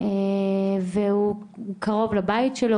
והוא קרוב לבית שלו,